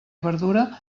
verdura